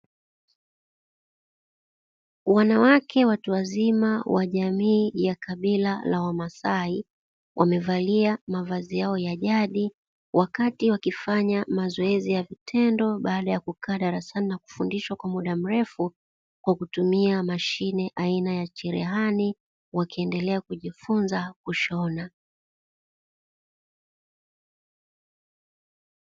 Wanawake watu wazima wa jamii wa kabila la wamasai, wamevalia mavazi yao ya jadi wakati wakifanya mazoezi kwa vitendo. Baada ya kukaa darasani na kufundishwa kwa muda mrefu kwa kutumia mashine aina cherehani, wakiendelea kujifunza kushona.